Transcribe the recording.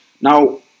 Now